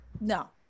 No